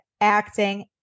acting